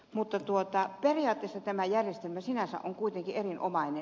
mutta periaatteessa tämä järjestelmä sinänsä on erinomainen